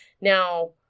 Now